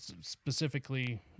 specifically